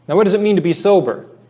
and what does it mean to be sober?